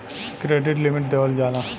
credit limit देवल जाला